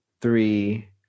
three